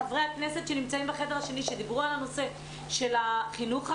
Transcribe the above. לחברי הכנסת שנמצאים בחדר השני ודיברו על הנושא של החינוך החרדי,